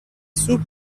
soup